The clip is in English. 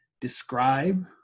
describe